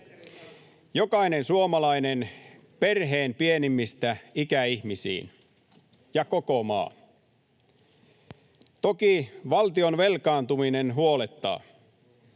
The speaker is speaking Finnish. jokainen suomalainen perheen pienimmistä ikäihmisiin ja koko maa. Toki valtion velkaantuminen huolettaa,